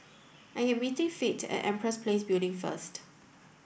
I am meeting Fate at Empress Place Building first